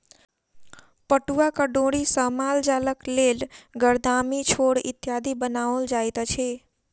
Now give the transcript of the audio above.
पटुआक डोरी सॅ मालजालक लेल गरदामी, छोड़ इत्यादि बनाओल जाइत अछि